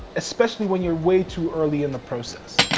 especially when you're way too early in the process,